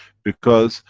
because,